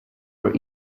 were